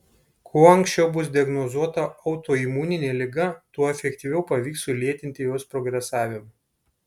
kuo anksčiau bus diagnozuota autoimuninė liga tuo efektyviau pavyks sulėtinti jos progresavimą